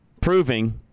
proving